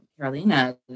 Carolina